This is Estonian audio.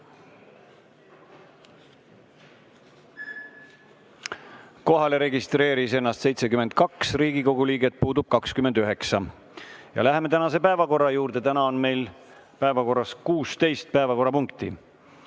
Kohalolijaks registreeris ennast 72 Riigikogu liiget, puudub 29. Läheme tänase päevakorra juurde. Täna on meil päevakorras 16 päevakorrapunkti.